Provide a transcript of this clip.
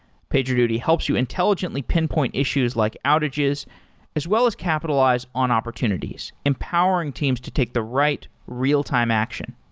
pagerduty helps you intelligently pinpoint issues like outages as well as capitalize on opportunities empowering teams to take the right real-time action.